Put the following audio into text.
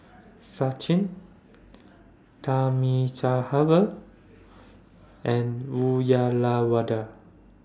Sachin Thamizhavel and Uyyalawada